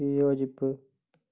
വിയോജിപ്പ്